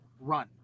run